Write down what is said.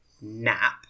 nap